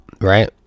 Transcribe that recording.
right